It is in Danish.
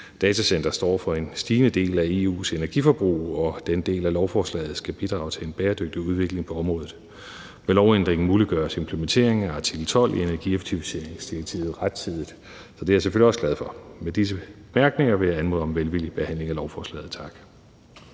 Datacentre står for en stigende del af EU's energiforbrug, og den del af lovforslaget skal bidrage til en bæredygtig udvikling på området. Med lovændringen muliggøres implementeringen af artikel 12 i energieffektiviseringsdirektivet rettidigt, så det er jeg selvfølgelig også glad for. Med disse bemærkninger vil jeg anmode om en velvillig behandling af lovforslaget. Tak.